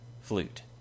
flute